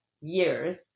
years